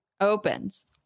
opens